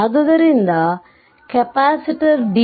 ಆದ್ದರಿಂದ capacitor D